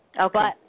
Okay